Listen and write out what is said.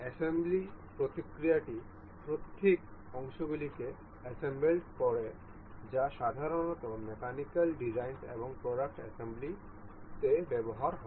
assembly প্রক্রিয়াটি পৃথক অংশগুলিকে অ্যাসেম্বলড করে যা সাধারণত মেকানিক্যাল ডিজাইনস এবং প্রডাক্ট অ্যাসেম্বলি ব্যবহৃত হয়